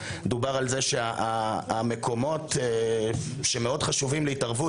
דובר על זה שהמקומות שמאוד חשובים להתערבות